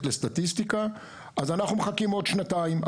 לסטטיסטיקה אז אנחנו מחכים עוד שנתיים.